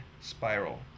spiral